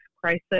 crisis